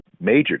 major